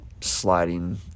sliding